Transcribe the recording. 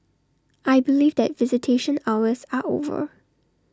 I believe that visitation hours are over